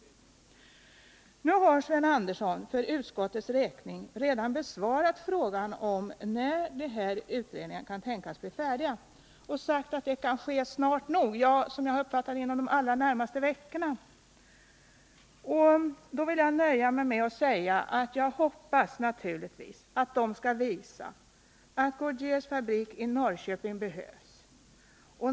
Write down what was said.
Nu har Sven Andersson för utskottets räkning redan besvarat frågan om när de här utredningarna kan tänkas bli färdiga och sagt att det kan bli snart nog, och som jag har uppfattat det kan det bli inom de närmaste veckorna. Jag skall därför nöja mig med att säga att jag naturligtvis hoppas att det skall visa sig att Goodyears fabrik i Norrköping behövs.